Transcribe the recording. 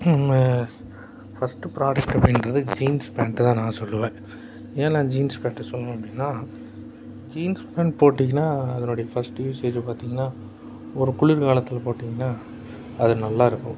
first product அப்படின்றது jeans pant தான் நான் சொல்லுவேன் ஏன் நான் ஜீன்ஸ் பேண்ட்டை சொல்லணும் அப்படின்னா ஜீன்ஸ் பேண்ட் போட்டிங்கன்னால் அதனுடைய ஃபஸ்ட்டு யூஸேஜை பார்த்தீங்கன்னா ஒரு குளிர் காலத்தில் போட்டிங்கன்னால் அது நல்லாயிருக்கும்